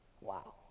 wow